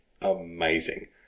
Amazing